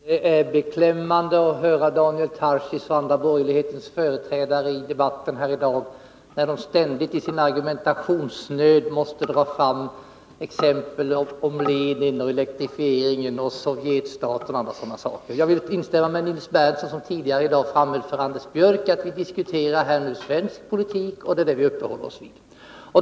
Fru talman! Det är beklämmande att höra Daniel Tarschys och andra borgerlighetens företrädare i debatten här i dag, när de ständigt i sin argumentationsnöd måste ta fram exempel om Lenin, elektrifiering och Sovjetstaten m.m. Jag vill instämma med Nils Berndtson, som tidigare i dag framhöll för Anders Björck att vi nu diskuterar och uppehåller oss vid svensk politik.